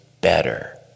better